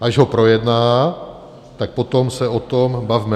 Až ho projedná, tak potom se o tom bavme.